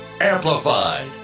Amplified